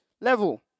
level